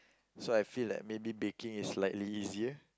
so I feel that maybe baking is slightly easier